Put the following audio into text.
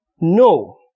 no